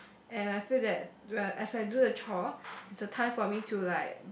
and I feel that as I do the chore it's a time for me to like